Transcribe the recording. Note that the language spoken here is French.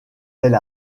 elle